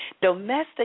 Domestic